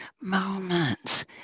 moments